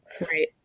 Right